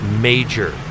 major